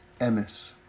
emis